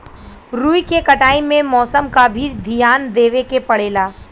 रुई के कटाई में मौसम क भी धियान देवे के पड़ेला